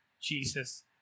Jesus